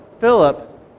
Philip